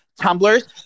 Tumblers